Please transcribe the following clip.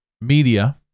media